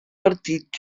partit